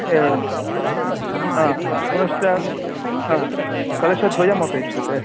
एवम् पुनश्च कलशद्वयमपेक्षते